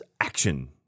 Action